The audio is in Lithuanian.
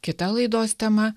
kita laidos tema